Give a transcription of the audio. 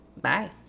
bye